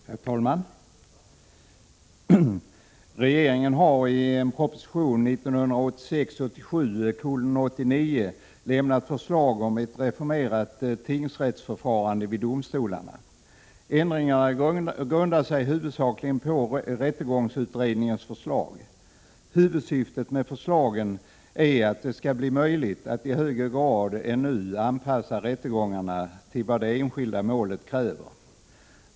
Herr talman! Regeringen har i proposition 1986/87:89 lämnat förslag om ett reformerat tingsrättsförfarande vid domstolarna. Ändringarna grundar sig huvudsakligen på rättegångsutredningens förslag. Huvudsyftet med förslagen är att det skall bli möjligt att i högre grad än nu anpassa rättegångarna till vad det enskilda målet kräver.